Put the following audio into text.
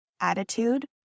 attitude